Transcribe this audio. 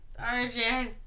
RJ